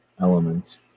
elements